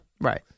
Right